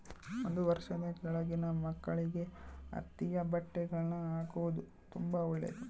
ಒಂದು ವರ್ಷದ ಕೆಳಗಿನ ಮಕ್ಕಳಿಗೆ ಹತ್ತಿಯ ಬಟ್ಟೆಗಳ್ನ ಹಾಕೊದು ತುಂಬಾ ಒಳ್ಳೆದು